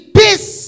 peace